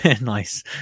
nice